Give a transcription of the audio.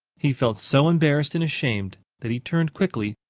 he felt so embarrassed and ashamed that he turned quickly,